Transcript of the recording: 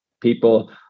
people